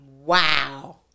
Wow